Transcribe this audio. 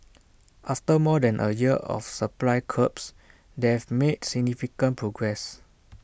after more than A year of supply curbs they've made significant progress